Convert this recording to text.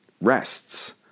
rests